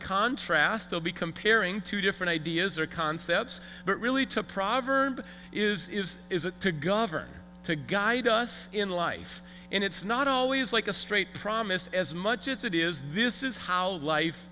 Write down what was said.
contrast i'll be comparing two different ideas or concepts but really to a proverb is is is a to govern to guide us in life and it's not always like a straight promise as much as it is this is how life